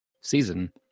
season